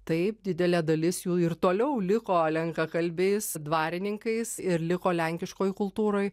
taip didelė dalis jų ir toliau liko lenkakalbiais dvarininkais ir liko lenkiškoj kultūroj